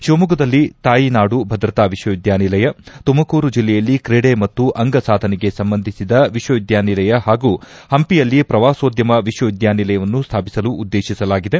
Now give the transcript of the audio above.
ಶಿವಮೊಗ್ಗದಲ್ಲಿ ತಾಯಿನಾಡು ಭದ್ರತಾ ವಿಶ್ವವಿದ್ಯಾನಿಲಯ ತುಮಕೂರು ಜಿಲ್ಲೆಯಲ್ಲಿ ಸಂಬಂಧಿಸಿದ ವಿಶ್ವವಿದ್ಯಾನಿಲಯ ಹಾಗೂ ಹಂಪಿಯಲ್ಲಿ ಶ್ರವಾಸೋದ್ಯಮ ವಿಶ್ವವಿದ್ಯಾನಿಲಯವನ್ನು ಸ್ಥಾಪಿಸಲು ಉದ್ದೇತಿಸಲಾಗಿದೆ